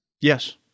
Yes